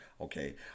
okay